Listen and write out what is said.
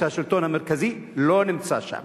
שהשלטון המרכזי לא נמצא שם.